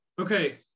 okay